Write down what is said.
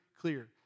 clear